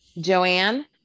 Joanne